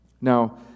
Now